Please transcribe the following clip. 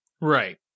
Right